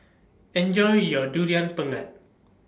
Enjoy your Durian Pengat